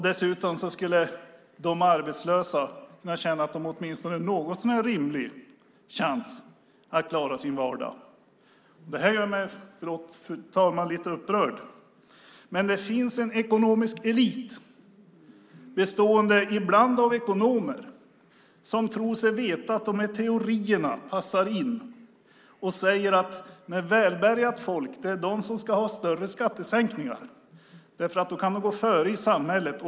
Dessutom skulle arbetslösa kunna känna att de hade en något så när rimlig chans att kunna klara sin vardag. Fru talman! Förlåt om detta gör mig lite upprörd. Det finns en ekonomisk elit som ibland består av ekonomer som tror sig veta att teorierna passar in. De säger att välbärgat folk ska ha större skattesänkningar. Då kan de gå före i samhället.